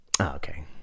Okay